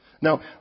Now